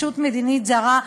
ישות מדינית זרה.